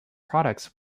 products